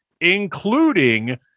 including